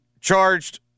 charged